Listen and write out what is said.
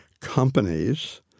companies